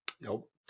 Nope